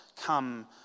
come